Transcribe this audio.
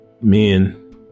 men